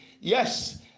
Yes